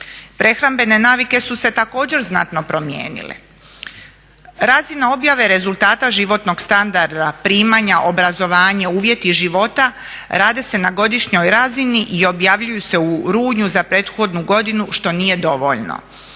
Prehrambene navike su se također znatno promijenile. Razina objave rezultata životnog standarda, primanja, obrazovanje, uvjeti života rade se na godišnjoj razini i objavljuju se u rujnu za prethodnu godinu što nije dovoljno.